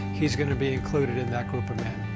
he's going to be included in that group of men.